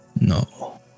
No